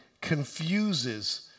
Confuses